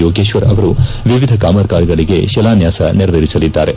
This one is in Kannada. ಯೋಗೇಶ್ವರ್ ಅವರು ವಿವಿಧ ಕಾಮಗಾರಿಗಳಿಗೆ ಶಿಲಾನ್ಗಾಸ ನೆರವೇರಿಸಲಿದ್ದಾರೆ